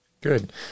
Good